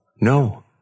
No